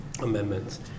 amendments